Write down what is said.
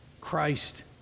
Christ